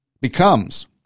becomes